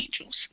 angels